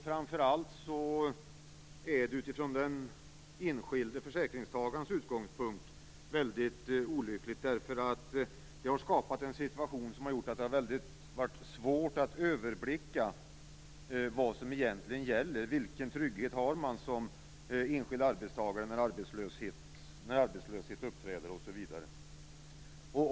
Framför allt är det utifrån den enskilde försäkringstagarens utgångspunkt väldigt olyckligt, eftersom det har skapats en situation där det blivit väldigt svårt att överblicka vad som egentligen gäller. Vilken trygghet har man som enskild arbetstagare när arbetslöshet uppträder osv.?